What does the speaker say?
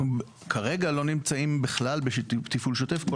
אנחנו כרגע לא נמצאים בכלל בתפעול שוטף,